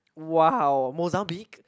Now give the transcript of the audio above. wow Mozambique